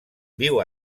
viu